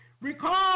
Recall